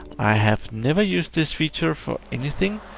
i have never used this feature for anything,